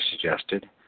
suggested